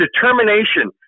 determination